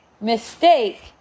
mistake